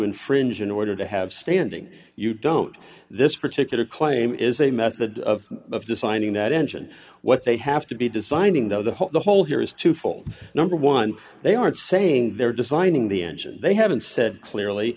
infringe in order to have standing you don't this particular claim is a method of designing that engine what they have to be designing though the whole the whole here is twofold number one they aren't saying they're designing the engine they haven't said clearly